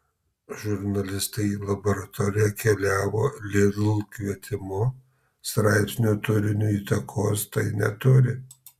žurnalistai į laboratoriją keliavo lidl kvietimu straipsnio turiniui įtakos tai neturi